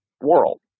world